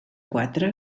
quatre